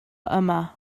yma